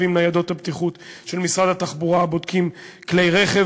עם ניידות הבטיחות של משרד התחבורה הבודקים כלי רכב.